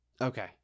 Okay